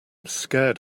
scared